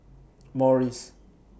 Morries